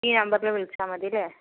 ഈ നമ്പറിൽ വിളിച്ചാൽമതിയില്ലേ